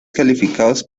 calificados